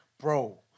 Bro